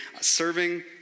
serving